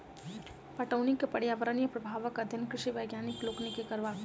पटौनीक पर्यावरणीय प्रभावक अध्ययन कृषि वैज्ञानिक लोकनि के करबाक चाही